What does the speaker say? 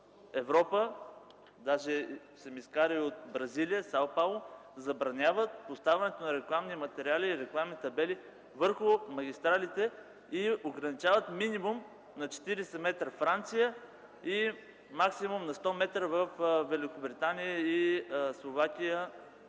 Европа и Бразилия забраняват поставянето на рекламни материали и рекламни табели върху магистралите и ограничават минимум на 40 м (във Франция) и максимум на 100 м (във Великобритания, Словакия,